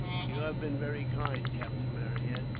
you have been very kind, captain marryat,